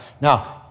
Now